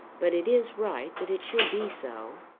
but it is right that it should be so.